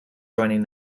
joining